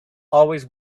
always